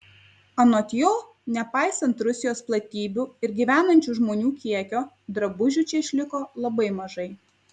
anot jo nepaisant rusijos platybių ir gyvenančių žmonių kiekio drabužių čia išliko labai mažai